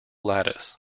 lattice